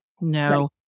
No